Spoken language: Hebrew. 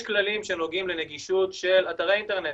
יש כללים שנוגעים לנגישות של אתרי אינטרנט.